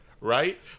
Right